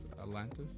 Atlantis